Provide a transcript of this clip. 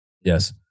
Yes